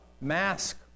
mask